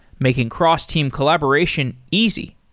making cross-team collaboration easy.